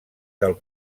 del